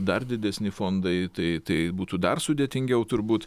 dar didesni fondai tai tai būtų dar sudėtingiau turbūt